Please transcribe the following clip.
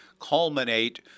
culminate